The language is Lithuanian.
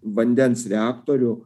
vandens reaktorių